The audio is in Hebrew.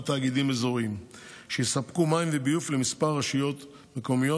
תאגידים אזוריים שיספקו מים וביוב לכמה רשויות מקומיות,